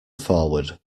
forward